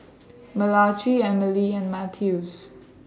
Malachi Emilie and Mathews